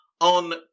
on